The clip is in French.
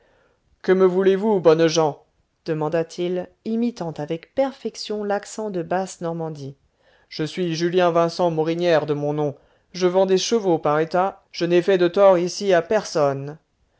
que me voulez-vous bonnes gens demanda-t-il imitant avec perfection l'accent de basse normandie je suis julien vincent morinière de mon nom je vends des chevaux par état je n'ai fait de tort ici à personne